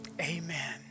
amen